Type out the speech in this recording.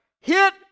hit